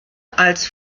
als